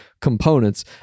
components